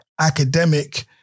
academic